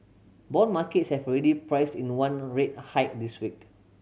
bond markets have already priced in one rate hike this week